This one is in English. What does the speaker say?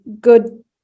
good